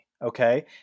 Okay